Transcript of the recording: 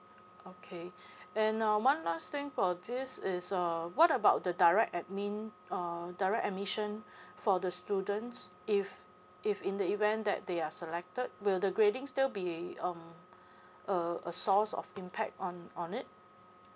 okay and uh one last time for this is uh what about the direct admin uh direct admission for the students if if in the event that they are selected will the grading still being um a a source of impact on on it